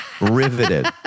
Riveted